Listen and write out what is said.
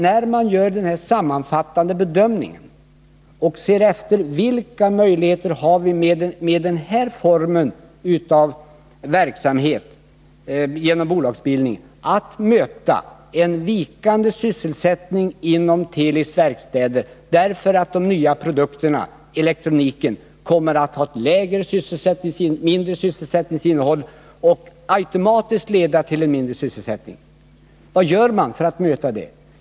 När man gör den sammanfattande bedömningen och ser efter vilka möjligheter som finns att med den här formen, dvs. genom bolagsbildning, möta en vikande sysselsättning inom Telis verkstäder, frågar man sig vad som kan göras. De nya produkterna, elektroniken, kommer ju att automatiskt leda till mindre sysselsättning. Vad gör man alltså?